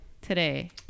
today